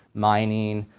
mining,